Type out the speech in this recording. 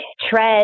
Tread